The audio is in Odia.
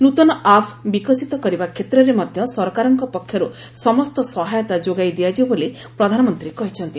ନୂତନ ଆପ୍ ବିକଶିତ କରିବା କ୍ଷେତ୍ରରେ ମଧ୍ୟ ସରକାରଙ୍କ ପକ୍ଷରୁ ସମସ୍ତ ସହାୟତା ଯୋଗାଇ ଦିଆଯିବ ବୋଲି ପ୍ରଧାନମନ୍ତ୍ରୀ କହିଛନ୍ତି